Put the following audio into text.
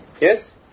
Yes